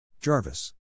Jarvis